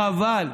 חבל.